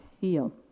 feel